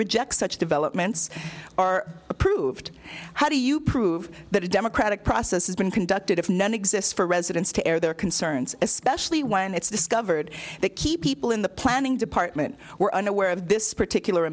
rejects such developments are approved how do you prove that a democratic process has been conducted if none exists for residents to air their concerns especially when it's discovered that key people in the planning department were unaware of this particular